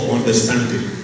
understanding